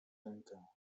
rękę